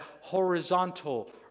horizontal